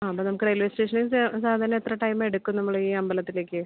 ആ അപ്പോൾ നമുക്ക് റെയിൽവേ സ്റ്റേഷനിൽ ചെ സാധാരണ എത്ര ടൈം എടുക്കും നമ്മൾ ഈ അമ്പലത്തിലേക്ക്